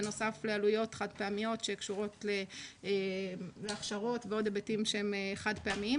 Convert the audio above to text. בנוסף לעלויות חד פעמיות שקשורות להכשרות ועוד היבטים שהם חד פעמיים.